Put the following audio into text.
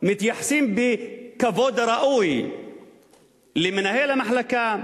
מתייחסים בכבוד הראוי למנהל המחלקה,